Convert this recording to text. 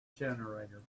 generator